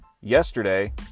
yesterday